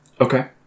Okay